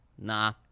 nah